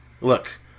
Look